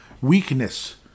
weakness